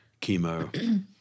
chemo